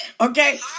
Okay